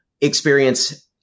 experience